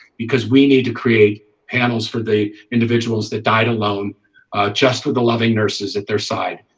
because we need to create panels for the individuals that died alone just for the loving nurses at their side